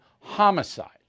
homicide